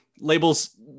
labels